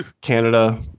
Canada